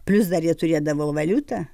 plius dar jie turėdavo valiutą